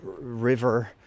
river